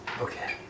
Okay